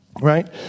right